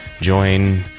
join